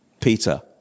Peter